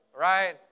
right